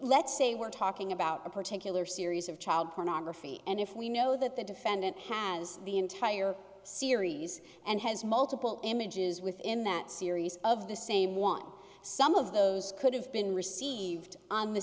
let's say we're talking about a particular series of child pornography and if we know that the defendant has the entire series and has multiple images within that series of the same one some of those could have been received on the